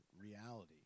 reality